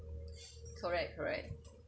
correct correct